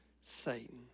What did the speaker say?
Satan